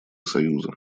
союза